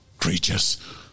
creatures